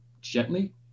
gently